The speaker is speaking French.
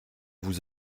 vous